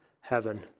heaven